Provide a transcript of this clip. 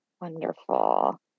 Wonderful